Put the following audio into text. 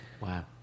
Wow